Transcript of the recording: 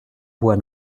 bois